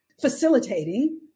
facilitating